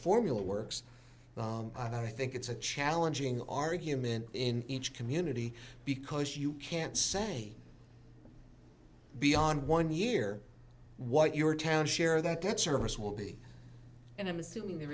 formula works i think it's a challenging argument in each community because you can't say beyond one year what your town share that gets service will be and i'm assuming there